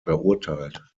verurteilt